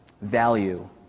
value